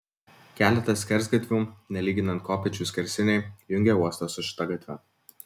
keletas skersgatvių nelyginant kopėčių skersiniai jungė uostą su šita gatve